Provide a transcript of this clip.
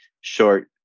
short